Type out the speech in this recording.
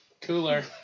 cooler